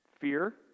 Fear